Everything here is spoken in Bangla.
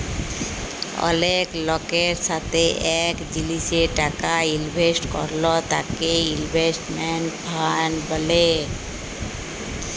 অলেক লকের সাথে এক জিলিসে টাকা ইলভেস্ট করল তাকে ইনভেস্টমেন্ট ফান্ড ব্যলে